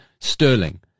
Sterling